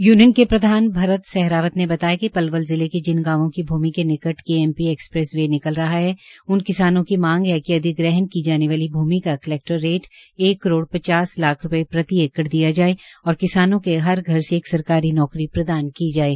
union के प्रधान भरत सहरावत ने बताया कि पलवल जिले के जिन गांवों की भूमि के निकट केएमपी एक्सप्रेस वे निकल रहा है उनक किसानों की मांग है कि अधिग्रहण की जाने वाली भूमि का कलैक्टर रेट एक करोड़ पचास लाख रूपये प्रति एक़ड़ दिया जो और किसानों को हर घर से एक सरकारी नौकरी प्रदान की जाये